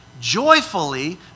joyfully